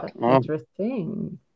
interesting